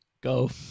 go